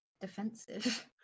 Defensive